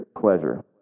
pleasure